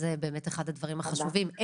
זה באמת אחד הדברים החשובים.